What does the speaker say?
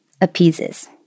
appeases